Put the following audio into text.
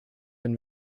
wenn